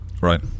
Right